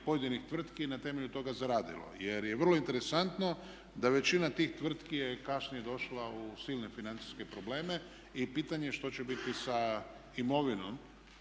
pojedinih tvrtki i na temelju toga zaradilo. Jer je vrlo interesantno da većina tih tvrtki je kasnije došla u silne financijske probleme i pitanje je što će biti sa imovinom